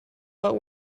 but